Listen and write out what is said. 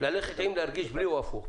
ללכת עם ולהרגיש בלי או הפוך.